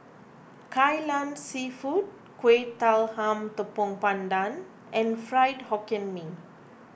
Kai Lan Seafood Kuih Talam Tepong Pandan and Fried Hokkien Mee